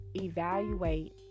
evaluate